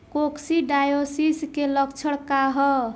Coccidiosis के लक्षण का ह?